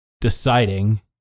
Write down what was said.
deciding